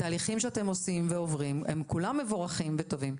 התהליכים שאתם עושים ועוברים הם כולם מבורכים וטובים.